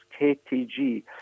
KTG